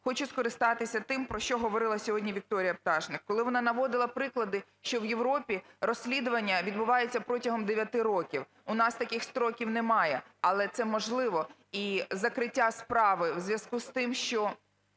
хочу скористатися тим, про що говорила сьогодні Вікторія Пташник, коли вона наводила приклади, що в Європі розслідування відбуваються протягом 9 років. У нас таких строків немає, але це можливо. І закриття справи у зв'язку з тим, що…